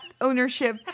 ownership